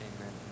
amen